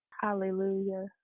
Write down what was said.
Hallelujah